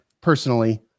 personally